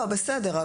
בסדר,